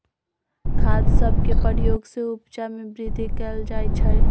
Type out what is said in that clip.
खाद सभके प्रयोग से उपजा में वृद्धि कएल जाइ छइ